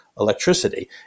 Electricity